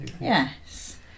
Yes